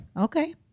Okay